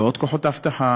ועוד כוחות אבטחה,